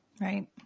Right